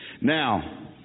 Now